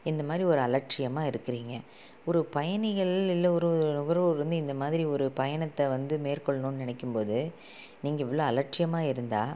இந்தமாதிரி ஒரு அலட்சியமாக இருக்குறீங்க ஒரு பயணிகள் இல்லை ஒரு நுகர்வோர்லருந்து இந்த மாதிரி ஒரு பயணத்தை வந்து மேற்கொள்ளணுன்னு நினைக்கும்போது நீங்கள் இவ்வளோ அலட்சியமாக இருந்தால்